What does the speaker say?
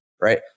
Right